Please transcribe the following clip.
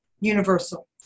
universal